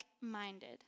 minded